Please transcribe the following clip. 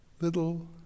little